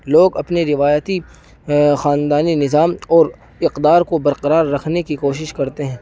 لوگ اپنے روایتی خاندانی نظام اور اقدار کو برقرار رکھنے کی کوشش کرتے ہیں